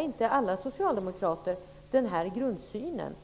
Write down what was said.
inte alla socialdemokrater den här grundsynen.